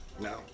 No